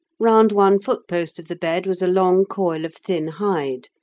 round one footpost of the bed was a long coil of thin hide,